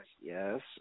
Yes